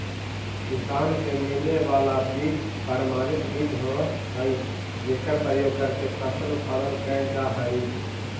किसान के मिले वाला बीज प्रमाणित बीज होवऽ हइ जेकर प्रयोग करके फसल उत्पादन कैल जा हइ